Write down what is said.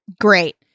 Great